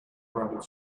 rabbit